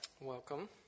Welcome